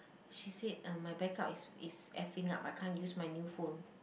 she said um my backup is is F-ing up I can't use my new phone